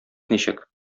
ничек